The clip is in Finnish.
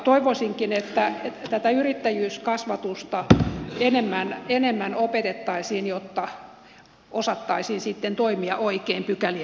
toivoisinkin että tätä yrittäjyyskasvatusta enemmän opetettaisiin jotta osattaisiin sitten toimia oikein pykälien mukaan